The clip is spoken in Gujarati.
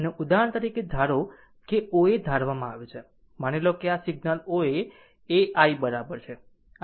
ઉદાહરણ તરીકે ધારો કે O A ધારવામાં આવે છે માની લો કે આ સિગ્નલ O A એ i બરાબર છે